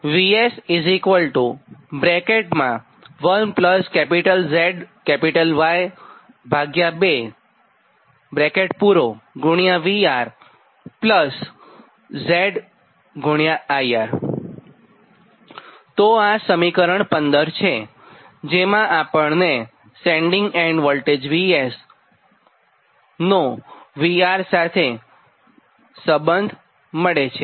તો આ સમીકરણ 15 છે જેમાં આપણને સેન્ડિંગ એન્ડ વોલ્ટેજ VS નો VR અને IR સાથેનો સંબંધ મળે છે